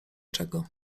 czego